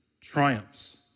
triumphs